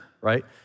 right